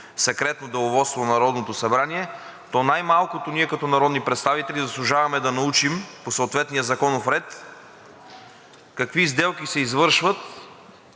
Секретното деловодство на Народното събрание – най-малкото ние като народни представители заслужаваме да научим по съответния законов ред какви сделки се извършват